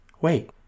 Wait